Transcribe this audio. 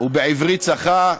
ובעברית צחה,